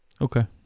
Okay